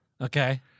Okay